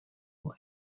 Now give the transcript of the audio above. boy